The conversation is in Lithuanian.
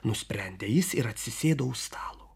nusprendė jis ir atsisėdo už stalo